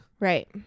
Right